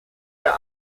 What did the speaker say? der